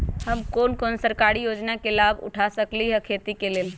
हम कोन कोन सरकारी योजना के लाभ उठा सकली ह खेती के लेल?